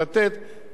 כי זה לא עניין תקציבי.